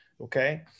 Okay